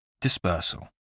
Dispersal